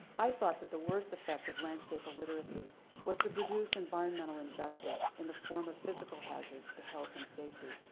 i thought that the worst effect of landscape illiteracy was to produce environmental injustice in the form of physical hazards to health and safety.